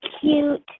cute